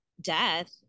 death